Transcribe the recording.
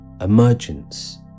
emergence